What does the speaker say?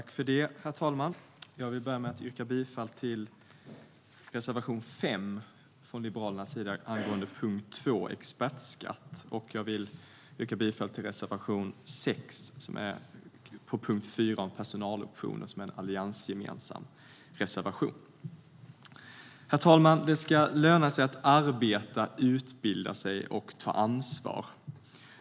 Herr talman! Jag yrkar bifall till reservation 5 från Liberalerna angående punkt 2 om expertskatten. Jag yrkar också bifall till den alliansgemensamma reservation 6 under punkt 4 om personaloptioner. Herr talman! Det ska löna sig att arbeta, utbilda sig och ta ansvar.